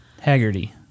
Haggerty